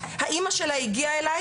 האמא שלה הגיעה אליי,